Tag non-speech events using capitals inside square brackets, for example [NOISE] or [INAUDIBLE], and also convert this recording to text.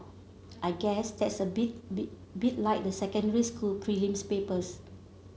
I guess that's a bit [UNINTELLIGIBLE] like the secondary school's prelim papers